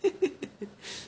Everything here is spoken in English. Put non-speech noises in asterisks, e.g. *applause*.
*laughs*